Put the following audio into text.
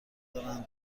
دارند